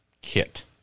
kit